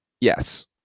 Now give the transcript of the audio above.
Yes